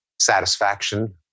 satisfaction